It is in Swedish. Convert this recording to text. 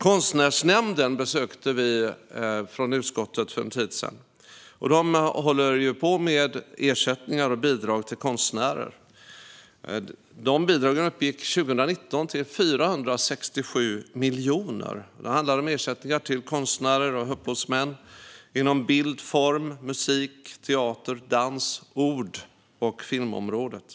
Vi från utskottet besökte Konstnärsnämnden för en tid sedan. De håller på med ersättningar och bidrag till konstnärer. De bidragen uppgick 2019 till 467 miljoner. Det handlar om ersättningar till konstnärer och upphovsmän inom bild, form-, musik-, teater, dans-, ord och filmområdet.